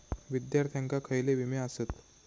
विद्यार्थ्यांका खयले विमे आसत?